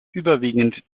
überwiegend